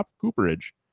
Cooperage